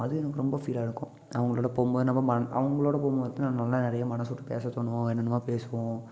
அது எனக்கு ரொம்ப ஃபீலாக இருக்கும் நான் அவங்களோட போபோது நம்ம மன் அவங்களோட போபோது தான் என்னால் நிறைய மனசு விட்டு பேச தோணும் என்னனமோ பேசுவோம்